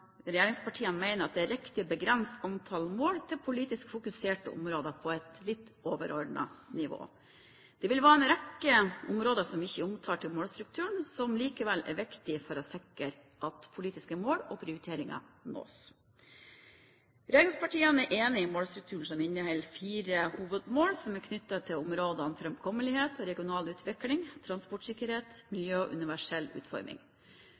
Regjeringspartiene mener det er riktig å begrense antall mål til politisk fokuserte områder på et litt overordnet nivå. Det vil være en rekke områder som ikke er omtalt i målstrukturen, som likevel er viktige for å sikre at politiske mål og prioriteringer nås. Regjeringspartiene er enig i målstrukturen som inneholder fire hovedmål knyttet til områdene framkommelighet og regional utvikling, transportsikkerhet, miljø og universell utforming.